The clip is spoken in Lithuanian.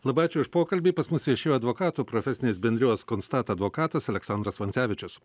labai ačiū už pokalbį pas mus viešėjo advokatų profesinės bendrijos konstat advokstas aleksandras vancevičius